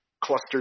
Cluster